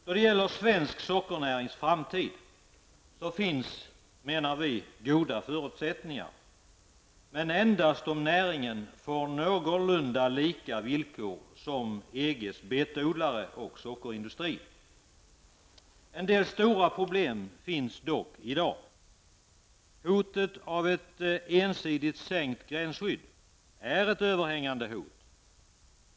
Då det gäller svensk sockernärings framtid finns, menar vi, goda förutsättningar, men endast om näringen får någorlunda lika villkor som EGs betodlare och sockerindustri har. En del stora problem finns dock i dag. Hotet om ett ensidigt sänkt gränsskydd är ett överhängande hot.